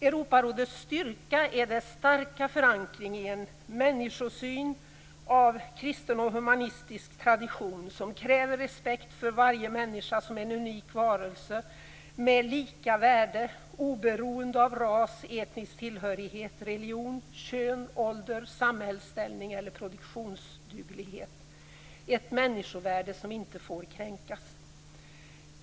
Europarådets styrka är dess starka förankring i en människosyn av kristen och humanistisk tradition som kräver respekt för varje människa som en unik varelse med lika värde oberoende av ras, etnisk tillhörighet, religion, kön, ålder, samhällsställning eller produktionsduglighet. Det är ett människovärde som inte får kränkas.